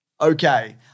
okay